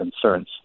concerns